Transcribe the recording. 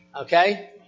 Okay